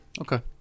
Okay